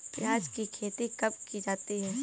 प्याज़ की खेती कब की जाती है?